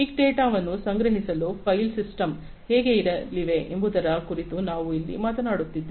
big ಡೇಟಾವನ್ನು ಸಂಗ್ರಹಿಸಲು file ಸಿಸ್ಟಂಗಳು ಹೇಗೆ ಇರಲಿವೆ ಎಂಬುದರ ಕುರಿತು ನಾವು ಇಲ್ಲಿ ಮಾತನಾಡುತ್ತಿದ್ದೇವೆ